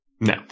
No